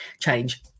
change